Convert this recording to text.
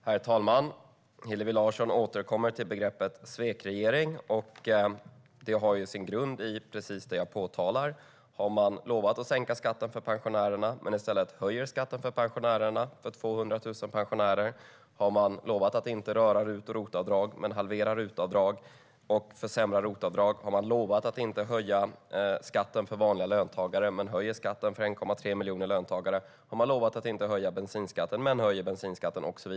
Herr talman! Hillevi Larsson återkommer till begreppet svekregering, och det har sin grund i precis det jag påtalar. Man har lovat att sänka skatten för pensionärerna men höjer i stället skatten för 200 000 pensionärer. Man har lovat att inte röra RUT och ROT-avdragen men halverar RUT-avdraget och försämrar ROT-avdraget. Man har lovat att inte höja skatten för vanliga löntagare men höjer skatten för 1,3 miljoner löntagare. Man har lovat att inte höja bensinskatten men höjer den.